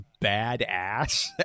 badass